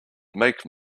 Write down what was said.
make